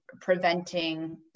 preventing